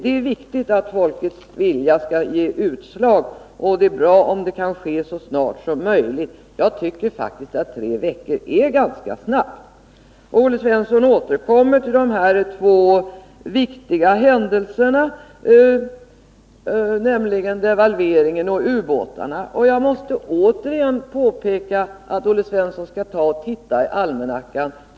Det är viktigt att folkets vilja ger utslag, och det är naturligtvis bra om det sker så snart som möjligt. Men jag tycker faktiskt att tre veckor är en ganska kort tid. Olle Svensson återkommer sedan till två viktiga händelser, nämligen devalveringen och ubåtskränkningarna. Jag måste åter be Olle Svensson att titta i almanackan.